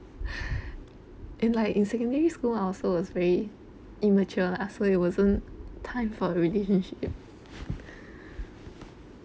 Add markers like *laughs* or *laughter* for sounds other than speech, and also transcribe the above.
*laughs* and like in secondary school I also was very immature lah so it wasn't time for really *breath*